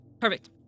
Perfect